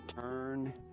turn